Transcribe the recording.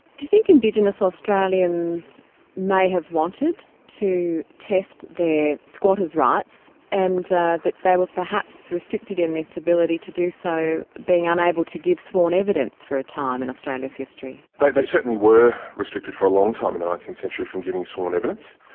do you think indigenous australians may have wanted to test their squatters rights and that they were perhaps restricted in this ability to do so being unable to give sworn evidence for a time in australia's history? there but like certainly were restricted for a long time in the nineteenth century from giving sworn evidence,